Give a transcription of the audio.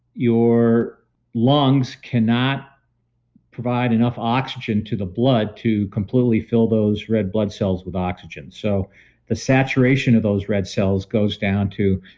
your lungs cannot provide enough oxygen to the blood to completely fill those red blood cells with oxygen. so the saturation of those red cells goes down to,